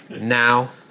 now